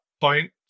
point